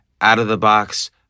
out-of-the-box